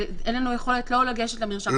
אין לנו יכולת לא לגשת למרשם הפלילי,